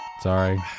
Sorry